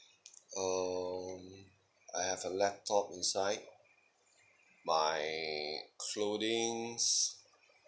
um I have a laptop inside my clothings